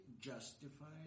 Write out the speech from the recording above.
justified